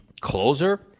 closer